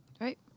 Right